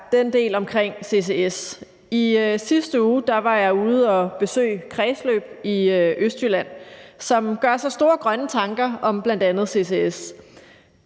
den del omkring ccs. I sidste uge var jeg ude at besøge Kredsløb i Østjylland, som gør sig store grønne tanker om bl.a. ccs.